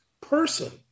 person